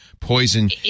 poison